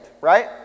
right